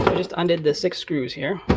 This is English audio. just undid the six screws here.